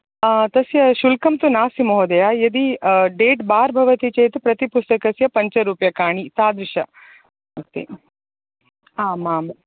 तस्य शुल्कं तु नास्ति महोदय यदि डेट् बार् भवति चेत् प्रतिपुस्तकस्य पञ्चरूप्यकाणि तादृश अस्ति आमाम्